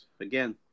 again